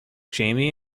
jamie